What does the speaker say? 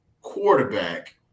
Quarterback